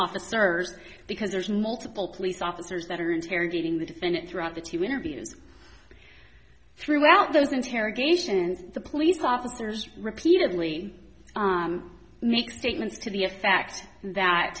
officer ers because there's multiple police officers that are interrogating the defendant throughout the two interviews throughout those interrogations and the police officers repeatedly make statements to the effect that